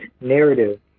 narrative